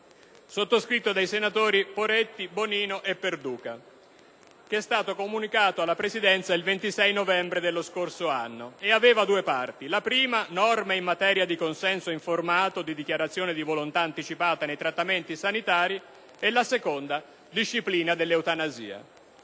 sottoscritto dai senatori Poretti, Bonino e Perduca, comunicato alla Presidenza il 26 novembre dello scorso anno, e che constava di due parti. La prima si intitolava: «Norme in materia di consenso informato e di dichiarazioni di volontà anticipata nei trattamenti sanitari» e la seconda: «Disciplina dell'eutanasia».